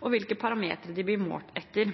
og hvilke parametre de blir målt etter.